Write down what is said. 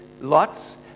lots